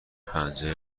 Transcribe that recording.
پنجره